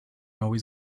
always